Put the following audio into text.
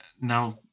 now